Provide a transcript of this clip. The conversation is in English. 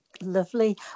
lovely